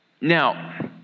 Now